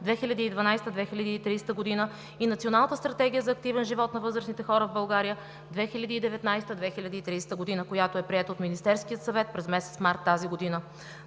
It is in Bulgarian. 2012 – 2030 г. и Националната стратегия за активен живот на възрастните хора в България 2019 – 2030 г., която е приета от Министерския съвет през месец март тази година.